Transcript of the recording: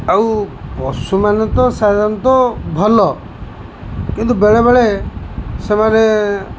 ଆଉ ପଶୁମାନେ ତ ସାଧାରଣତଃ ଭଲ କିନ୍ତୁ ବେଳେବେଳେ ସେମାନେ